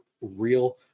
real